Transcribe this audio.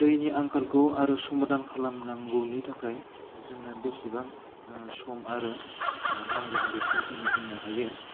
दैनि आंखालखौ आरो समादान खालामनांगौनि थाखाय जोंनो बेसेबां सम आरो नांगोन बेखौ जोङो बुंनो हायो